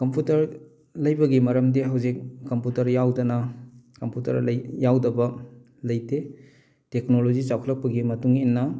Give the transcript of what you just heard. computer ꯂꯩꯕꯒꯤ ꯃꯔꯝꯗꯤ ꯍꯧꯖꯤꯛ ꯀꯝꯄꯨꯇꯔ ꯌꯥꯎꯗꯅ ꯀꯝꯄꯨꯇꯔ ꯌꯥꯎꯗꯕ ꯂꯩꯇꯦ ꯇꯦꯛꯅꯣꯂꯣꯖꯤ ꯆꯥꯎꯈꯠꯂꯛꯄꯒꯤ ꯃꯇꯨꯡ ꯏꯟꯅ